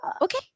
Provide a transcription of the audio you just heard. Okay